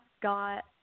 got